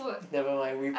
never mind we